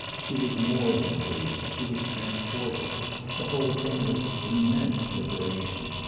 she was more than pleased, she was transported the whole thing was an immense liberation.